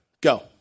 Go